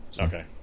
Okay